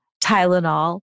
Tylenol